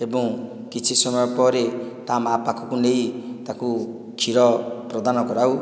ଏବଂ କିଛି ସମୟ ପରେ ତା' ମାଁ ପାଖକୁ ନେଇ ତାକୁ କ୍ଷୀର ପ୍ରଦାନ କରାଉ